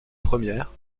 première